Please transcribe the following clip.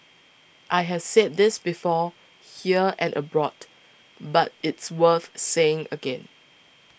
I have said this before here and abroad but it's worth saying again